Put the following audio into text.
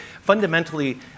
fundamentally